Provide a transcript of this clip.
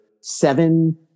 seven